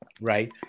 right